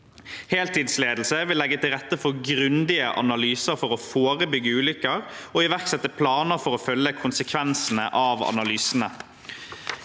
Heltidsledelse vil legge til rette for grundige analyser for å forebygge ulykker og iverksette planer for å følge konsekvensene av analysene.